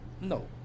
no